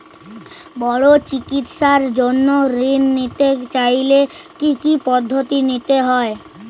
বড় চিকিৎসার জন্য ঋণ নিতে চাইলে কী কী পদ্ধতি নিতে হয়?